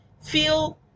feel